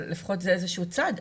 אבל לפחות זה איזשהו צעד.